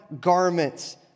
garments